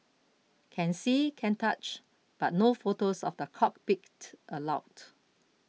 can see can touch but no photos of the cockpit allowed